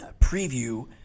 preview